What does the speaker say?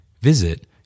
Visit